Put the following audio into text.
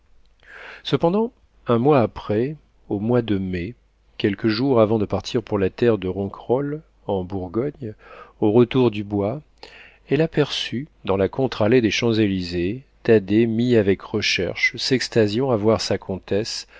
cependant un mois après au mois de mai quelques jours avant de partir pour la terre de ronquerolles en bourgogne au retour du bois elle aperçut dans la contre-allée des champs-élysées thaddée mis avec recherche s'extasiant à voir sa comtesse